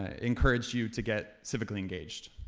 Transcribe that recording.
ah encouraged you to get civically engaged.